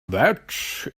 that